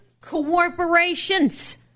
corporations